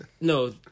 No